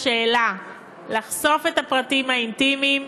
לשאלה האם לחשוף את הפרטים האינטימיים,